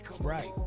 right